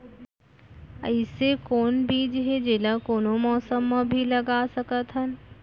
अइसे कौन बीज हे, जेला कोनो मौसम भी मा लगा सकत हन?